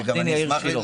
עו"ד יאיר שילה.